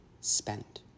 spent